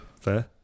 Fair